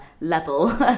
level